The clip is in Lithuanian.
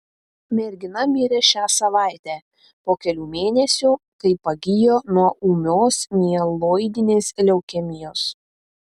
mergina mirė šią savaitę po kelių mėnesių kai pagijo nuo ūmios mieloidinės leukemijos